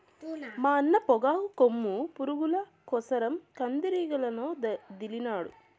మా అన్న పొగాకు కొమ్ము పురుగుల కోసరం కందిరీగలనొదిలినాడు